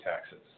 taxes